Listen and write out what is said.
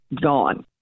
gone